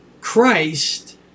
Christ